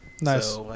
Nice